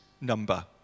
number